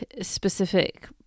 specific